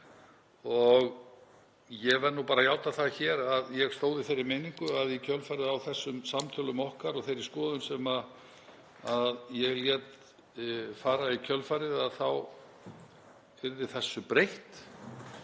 Ég verð bara að játa það hér að ég stóð í þeirri meiningu að í kjölfarið á þessum samtölum okkar og þeirri skoðun sem ég lét fara í í kjölfarið þá yrði þessu breytt.